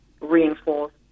reinforce